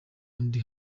undi